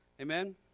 Amen